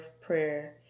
prayer